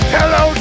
Hello